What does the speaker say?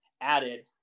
added